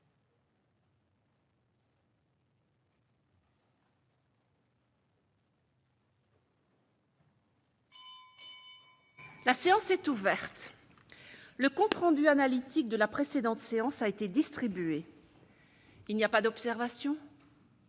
La séance est ouverte. Le compte rendu analytique de la précédente séance a été distribué. Il n'y a pas d'observation ?